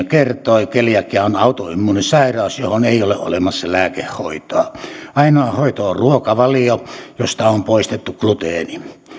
kertoi keliakia on autoimmuunisairaus johon ei ole olemassa lääkehoitoa ainoa hoito on ruokavalio josta on poistettu gluteeni